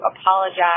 apologize